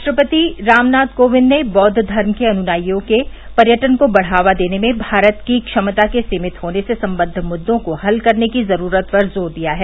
राष्ट्रपति रामनाथ कोविंद ने बौद्ध धर्म के अनुयायियों के पर्यटन को बढ़ावा देने में भारत की क्षमता के सीमित होने से सम्बद्ध मुद्दों को हल करने की जरूरत पर जोर दिया है